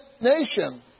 nation